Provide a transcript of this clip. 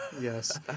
Yes